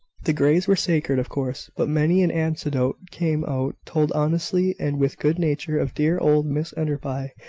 the greys were sacred, of course but many an anecdote came out, told honestly and with good-nature, of dear old mrs enderby,